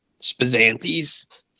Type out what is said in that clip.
Spazantes